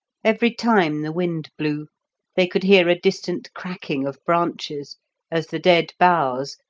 every time the wind blew they could hear a distant cracking of branches as the dead boughs,